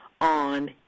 on